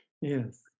yes